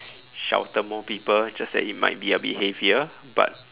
shelter more people just that it might be a bit heavier but